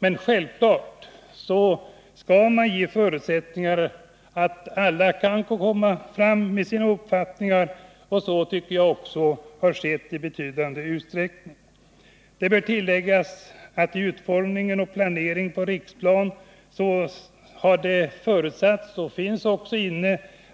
Men självfallet skall man skapa förutsättningar för alla att framföra sina uppfattningar, och så tycker jag också har skett i betydande utsträckning. Vid planeringen av Riksplan har det också förutsatts